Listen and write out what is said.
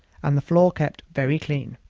and the floor kept very clean.